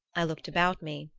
i looked about me.